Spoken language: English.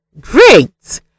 Great